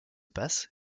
passe